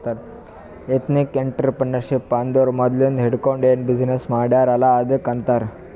ethnic entrepreneurship ಅಂದುರ್ ಮದ್ಲಿಂದ್ ಹಿಡ್ಕೊಂಡ್ ಏನ್ ಬಿಸಿನ್ನೆಸ್ ಮಾಡ್ಯಾರ್ ಅಲ್ಲ ಅದ್ದುಕ್ ಆಂತಾರ್